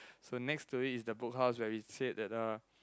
so next to it is the Book House where we say that uh